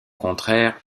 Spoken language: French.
contraire